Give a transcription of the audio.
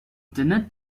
dinner